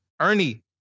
Ernie